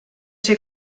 ser